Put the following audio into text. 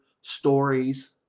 stories